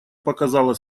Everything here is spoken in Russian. показала